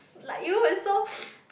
like you know it's so